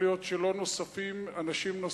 יכול להיות שלא נוספים אנשים,